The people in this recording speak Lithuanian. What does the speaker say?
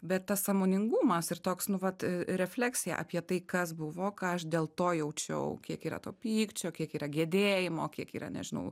bet tas sąmoningumas ir toks nu vat refleksija apie tai kas buvo ką aš dėl to jaučiau kiek yra to pykčio kiek yra gedėjimo kiek yra nežinau